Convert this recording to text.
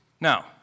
Now